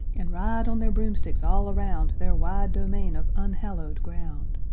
and ride on their broomsticks all around their wide domain of unhallowed ground.